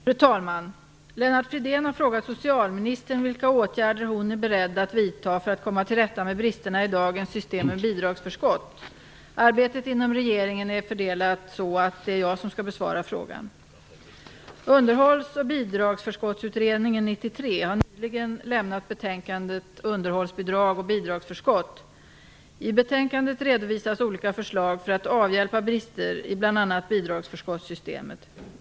Fru talman! Lennart Fridén har frågat socialministern vilka åtgärder hon är beredd att vidta för att komma till rätta med bristerna i dagens system med bidragsförskott. Arbetet inom regeringen är så fördelat att det är jag som skall besvara frågan. har nyligen lämnat betänkandet Underhållsbidrag och bidragsförskott . I betänkandet redovisas olika förslag för att avhjälpa brister i bl.a. bidragsförskottssystemet.